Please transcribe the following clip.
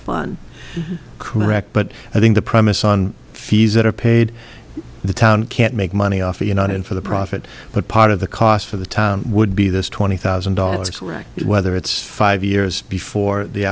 fund correct but i think the premise on fees that are paid the town can't make money off the united for the profit but part of the cost for the town would be this twenty thousand dollars correct whether it's five years before the